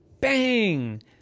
bang